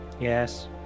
Yes